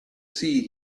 sea